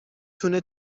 تونه